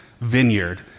vineyard